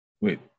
Wait